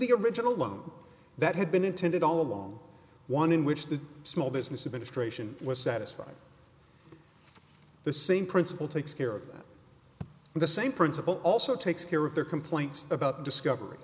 the original loan that had been intended all along one in which the small business administration was satisfied the same principle takes care of that the same principle also takes care of their complaints about discovery